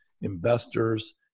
investors